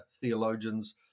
theologians